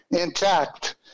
intact